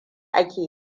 ake